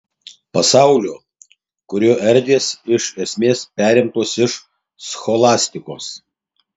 pasaulio kurio erdvės iš esmės perimtos iš scholastikos